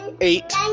eight